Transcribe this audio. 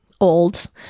old